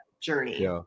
journey